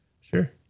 Sure